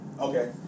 Okay